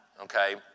Okay